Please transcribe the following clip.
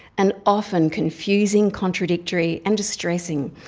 and often confusing, contradictory and distressing.